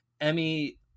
Emmy